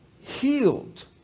healed